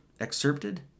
excerpted